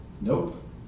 nope